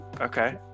okay